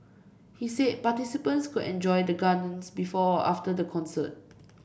he said participants could enjoy the Gardens before or after the concert